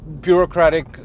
bureaucratic